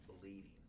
bleeding